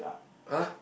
!huh!